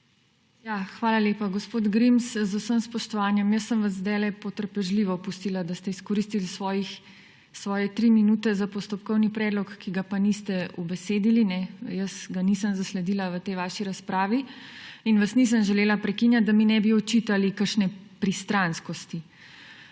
Hvala lepa, gospod Grims. Z vsem spoštovanjem, sem vas zdajle potrpežljivo pustila, da ste izkoristili svoje tri minute za postopkovni predlog, ki ga pa niste ubesedili. Jaz ga nisem zasledila v tej vaši razpravi in vas nisem želela prekinjati, da mi ne bi očitali kakšne pristranskosti.